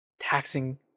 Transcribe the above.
taxing